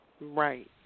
Right